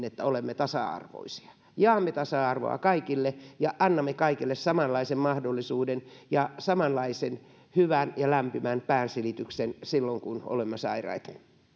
että olemme tasa arvoisia jaamme tasa arvoa kaikille ja annamme kaikille samanlaisen mahdollisuuden ja samanlaisen hyvän ja lämpimän päänsilityksen silloin kun ollaan sairaita